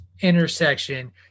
intersection